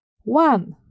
One